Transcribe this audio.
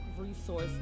resource